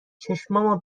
چشامو